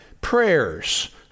prayers